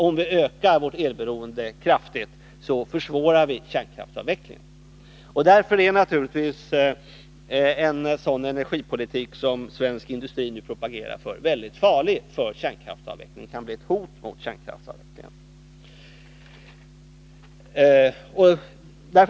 Om vi kraftigt ökar elberoendet, försvårar vi alltså kärnkraftsavvecklingen. Därför är naturligtvis en sådan energipolitik som svensk industri nu propagerar för mycket farlig. Den kan bli ett hot mot kärnkraftsavvecklingen.